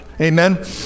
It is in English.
Amen